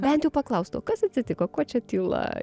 bent paklaustų kas atsitiko ko čia tyla